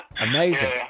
Amazing